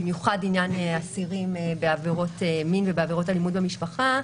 במיוחד עניין האסירים בעבירות מין ובעבירות אלימות במשפחה,